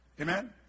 Amen